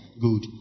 Good